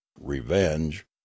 revenge